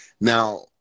Now